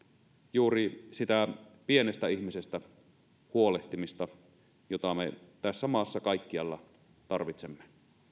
juuri sitä pienestä ihmisestä huolehtimista jota me tässä maassa kaikkialla tarvitsemme